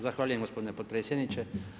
Zahvaljujem gospodine potpredsjedniče.